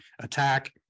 attack